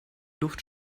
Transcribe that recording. luft